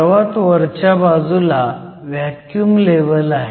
सर्वात वरच्या बाजूला व्हॅक्युम लेव्हल आहे